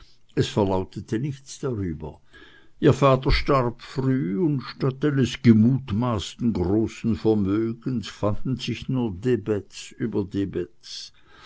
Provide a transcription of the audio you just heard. es verlautete nichts darüber ihr vater starb früh und statt eines gemutmaßten großen vermögens fanden sich nur debets über